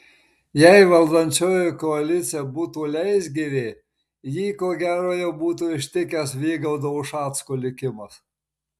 jei valdančioji koalicija būtų leisgyvė jį ko gero jau būtų ištikęs vygaudo ušacko likimas